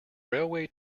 railway